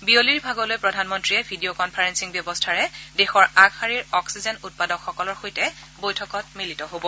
বিয়লিৰ ভাগলৈ প্ৰধানমন্ত্ৰীয়ে ভিডিঅ কনফাৰেলিং ব্যৱস্থাৰে দেশৰ আগশাৰীৰ অক্সিজেন উৎপাদকসকলৰ সৈতে বৈঠকত মিলিত হ'ব